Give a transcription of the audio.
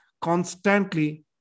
constantly